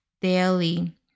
daily